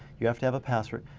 you have to have a password.